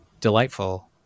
delightful